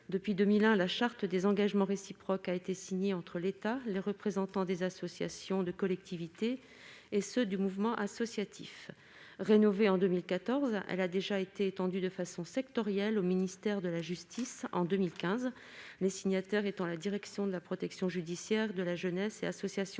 Depuis 2001, la charte des engagements réciproques a été signée entre l'État, les représentants des associations de collectivités et ceux du mouvement associatif. Rénovée en 2014, elle a déjà été étendue de façon sectorielle au ministère de la justice en 2015, les signataires étant la direction de la protection judiciaire de la jeunesse et les associations oeuvrant